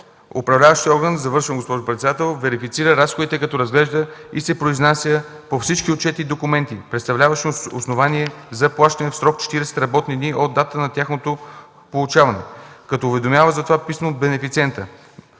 управляващият орган разплаща разходите като разглежда и се произнася по всички отчетни документи, представляващи основание за плащане в срок 40 работни дни от датата на тяхното получаване, като уведомява за това писмено бенефициента.